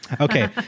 Okay